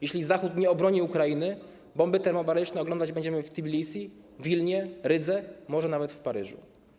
Jeśli Zachód nie obroni Ukrainy, bomby termobaryczne oglądać będziemy w Tbilisi, Wilnie, Rydze, może nawet w Paryżu.